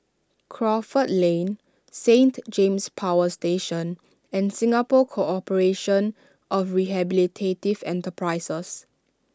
Crawford Lane Saint James Power Station and Singapore Corporation of Rehabilitative Enterprises